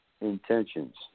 Intentions